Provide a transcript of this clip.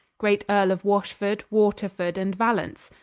great earle of washford, waterford, and valence,